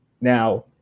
Now